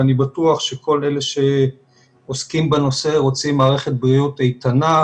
ואני בטוח שכל אלה שעוסקים בנושא רוצים מערכת בריאות איתנה,